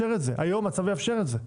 היום הצו יאפשר את זה.